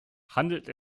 handelt